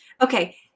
Okay